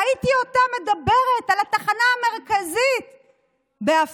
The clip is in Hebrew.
ראיתי אותה מדברת על התחנה המרכזית בעפולה.